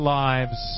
lives